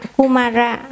Kumara